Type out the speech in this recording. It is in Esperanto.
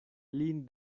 lin